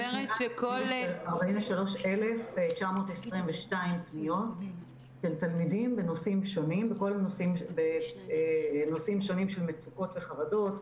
יש 43,922 פניות של תלמידים בנושאים שונים של מצוקות וחרדות.